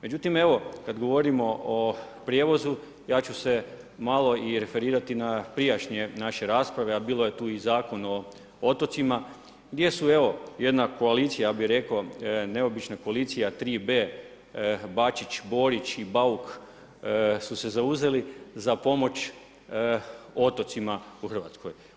Međutim evo kada govorimo o prijevozu ja ću se malo i referirati na prijašnje naše rasprave, a bilo je tu i Zakon o otocima gdje su jedna koalicija, ja bih rekao neobična koalicija 3B Bačić, Borić i Bauk su se zauzeli za pomoć otocima u Hrvatskoj.